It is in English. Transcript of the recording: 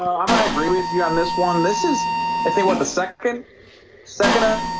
i'm gonna agree with you on this one this is i think what the second second up